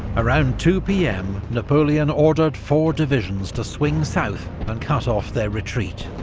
around two pm, napoleon ordered four divisions to swing south and cut off their retreat.